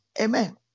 Amen